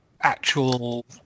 actual